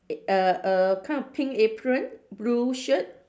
err err kind of pink apron blue shirt